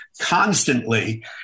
constantly